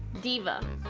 diva